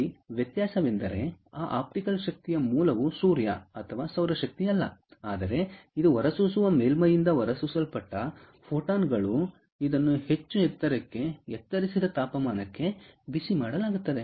ಇಲ್ಲಿ ವ್ಯತ್ಯಾಸ ವೆಂದರೆ ಆ ಆಪ್ಟಿಕಲ್ ಶಕ್ತಿಯ ಮೂಲವು ಸೂರ್ಯ ಅಥವಾ ಸೌರಶಕ್ತಿಯಲ್ಲ ಆದರೆ ಇದು ಹೊರಸೂಸುವ ಮೇಲ್ಮೈಯಿಂದ ಹೊರಸೂಸಲ್ಪಟ್ಟ ಫೋಟಾನ್ ಗಳು ಇದನ್ನು ಹೆಚ್ಚು ಎತ್ತರಕ್ಕೆ ಎತ್ತರಿಸಿದ ತಾಪಮಾನಕ್ಕೆ ಬಿಸಿಮಾಡಲಾಗುತ್ತದೆ